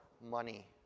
money